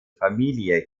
familie